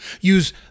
use